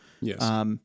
Yes